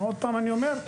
עוד פעם אני אומר,